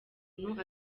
umuntu